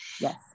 Yes